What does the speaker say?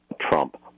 Trump